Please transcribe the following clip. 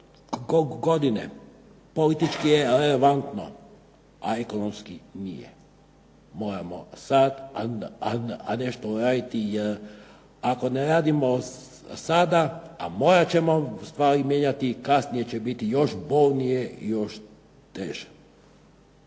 godine, politički je relevantno, a ekonomski nije. Moramo sad nešto uraditi, jer ako ne radimo sada, a morat ćemo stvari mijenjati, kasnije će biti još bolnije i još teže.